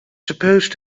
supposed